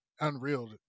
unreal